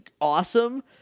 awesome